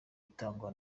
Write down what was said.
itangwa